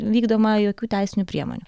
vykdoma jokių teisinių priemonių